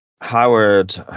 Howard